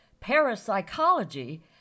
Parapsychology